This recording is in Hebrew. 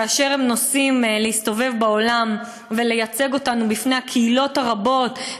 כאשר הם נוסעים להסתובב בעולם ולייצג אותנו בפני הקהילות הרבות,